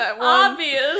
obvious